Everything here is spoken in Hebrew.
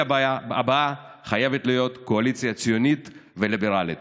הבאה חייבת להיות קואליציה ציונית וליברלית,